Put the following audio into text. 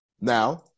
Now